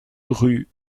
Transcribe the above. rue